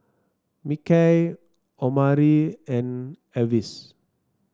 Mickey Omari and Avis